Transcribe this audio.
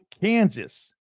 Kansas